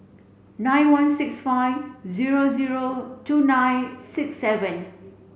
nine one six five zero zero two nine six seven